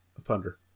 thunder